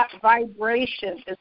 vibration